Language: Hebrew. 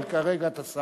אבל כרגע אתה שר.